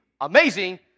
amazing